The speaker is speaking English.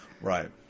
right